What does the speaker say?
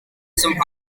some